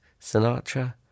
Sinatra